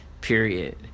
period